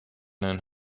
den